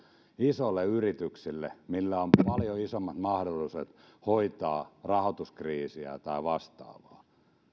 isoille yrityksille joilla on paljon isommat mahdollisuudet hoitaa rahoituskriisiä tai vastaavaa niin